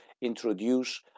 introduce